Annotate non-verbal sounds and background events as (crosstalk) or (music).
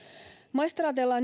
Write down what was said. maistraateilla (unintelligible)